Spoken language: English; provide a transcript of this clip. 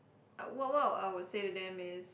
I what what I would say to them is